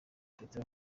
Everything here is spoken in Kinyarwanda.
petero